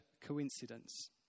coincidence